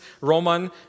Roman